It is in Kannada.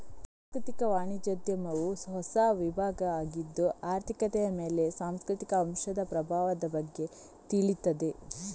ಸಾಂಸ್ಕೃತಿಕ ವಾಣಿಜ್ಯೋದ್ಯಮವು ಹೊಸ ವಿಭಾಗ ಆಗಿದ್ದು ಆರ್ಥಿಕತೆಯ ಮೇಲೆ ಸಾಂಸ್ಕೃತಿಕ ಅಂಶದ ಪ್ರಭಾವದ ಬಗ್ಗೆ ತಿಳೀತದೆ